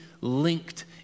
linked